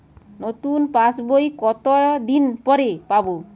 নতুন পাশ বই কত দিন পরে পাবো?